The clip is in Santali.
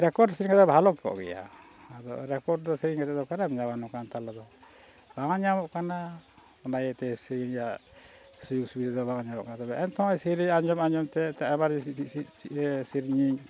ᱨᱮᱠᱚᱨᱰ ᱥᱮᱨᱮᱧ ᱠᱟᱛᱮ ᱵᱷᱟᱞᱮ ᱠᱚᱜ ᱜᱮᱭᱟ ᱟᱫᱚ ᱨᱮᱠᱚᱨᱰ ᱫᱚ ᱥᱮᱨᱮᱧ ᱠᱟᱛᱮᱜ ᱫᱚ ᱚᱠᱟᱨᱮᱢ ᱧᱟᱢᱟ ᱱᱚᱝᱠᱟᱱ ᱛᱟᱞᱮ ᱫᱚ ᱵᱟᱝ ᱧᱟᱢᱚᱜ ᱠᱟᱱᱟ ᱚᱱᱟ ᱤᱭᱟᱹᱛᱮ ᱥᱮᱨᱮᱧ ᱨᱮᱭᱟᱜ ᱥᱩᱡᱳᱜᱽ ᱥᱩᱵᱤᱫᱷᱟ ᱫᱚ ᱵᱟᱝ ᱧᱟᱢᱚᱜ ᱠᱟᱱᱟ ᱛᱚᱵᱮ ᱮᱱᱛᱮ ᱨᱮᱦᱚᱸ ᱥᱮᱨᱮᱧ ᱟᱸᱡᱚᱢ ᱟᱸᱡᱚᱢᱛᱮ ᱟᱵᱟᱨ ᱥᱮᱨᱮᱧᱤᱧ